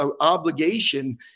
obligation